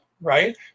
Right